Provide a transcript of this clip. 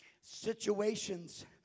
Situations